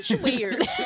weird